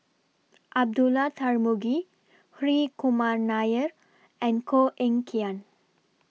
Abdullah Tarmugi Hri Kumar Nair and Koh Eng Kian